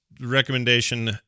recommendation